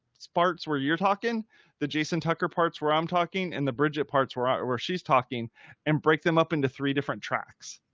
sparks where you're talking the jason tucker parts where i'm talking and the bridget parts were ah where where she's talking and break them up into three different tracks.